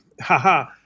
haha